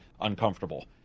uncomfortable